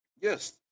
Yes